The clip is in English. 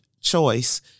choice